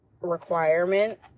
requirement